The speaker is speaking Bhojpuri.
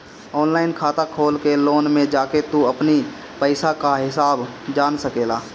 ऑनलाइन खाता खोल के लोन में जाके तू अपनी पईसा कअ हिसाब जान सकेला